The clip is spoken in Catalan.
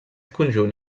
conjunt